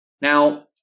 Now